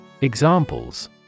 Examples